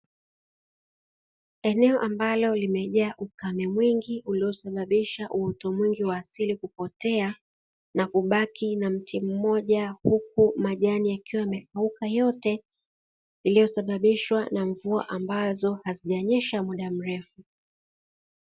Eneo ambalo limejaa ukame mwingi uliosababisha uoto mwingi wa asili kupotea na kubaki na mti mmoja, huku majani yakiwa yamekauka yote yaliyosababishwa na mvua ambazo hazijanyesha muda mrefu.